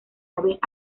aves